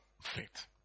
Faith